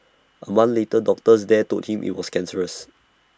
A month later doctors there told him IT was cancerous